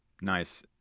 Nice